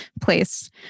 place